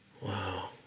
Wow